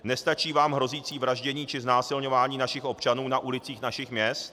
Nestačí vám hrozící vraždění či znásilňování našich občanů na ulicích našich měst?